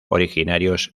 originarios